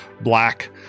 black